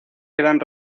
quedan